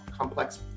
complex